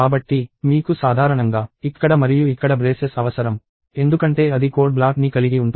కాబట్టి మీకు సాధారణంగా ఇక్కడ మరియు ఇక్కడ బ్రేసెస్ అవసరం ఎందుకంటే అది కోడ్ బ్లాక్ ని కలిగి ఉంటుంది